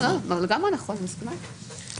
אני מסכימה איתך.